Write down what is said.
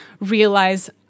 realize